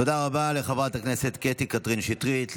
תודה רבה לחברת הכנסת קטי קטרין שטרית.